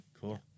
Cool